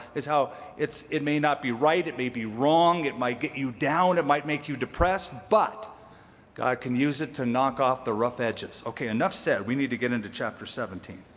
it's how it may not be right, it may be wrong, it might get you down, it might make you depressed, but god can use it to knock off the rough edges. okay, enough said. we need to get into chapter seventeen.